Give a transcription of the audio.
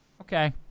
okay